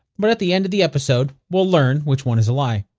but at the end of the episode we'll learn which one was a lie.